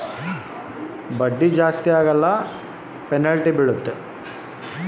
ಸಾಲ ಕಟ್ಟಾಕ ಲೇಟಾದರೆ ಎಷ್ಟು ಬಡ್ಡಿ ಜಾಸ್ತಿ ಆಗ್ತೈತಿ?